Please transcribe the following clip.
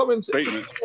statement